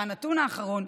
והנתון האחרון,